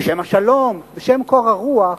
בשם השלום, בשם קור הרוח,